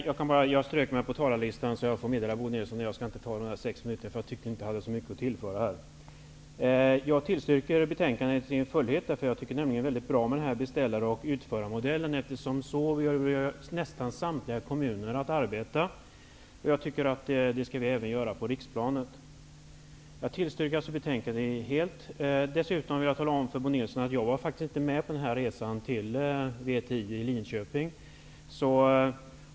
Herr talman! Jag strök mig på talarlistan och skall alltså inte ta de anmälda sex minuterna i anspråk. Jag tycker att jag inte har särskilt mycket att tillföra debatten. Jag yrkar bifall till hemställan i betänkandet i dess helhet. Jag tycker nämligen väldigt bra om den aktuella beställar-/utförarmodellen. Detta gäller nästan samtliga kommuners sätt att arbeta, och jag tycker att det även skall gälla på riksplanet. Sedan vill jag tala om för Bo Nilsson att jag faktiskt inte var med på resan till VTI i Linköping.